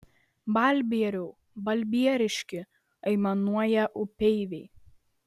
balbieriau balbieriški aimanuoja upeiviai